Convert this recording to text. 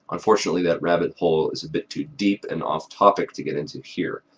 unfortunately that rabbit hole is a bit too deep and off topic to get into here.